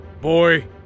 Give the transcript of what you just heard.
Boy